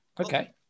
Okay